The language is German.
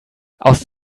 aus